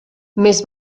més